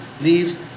leaves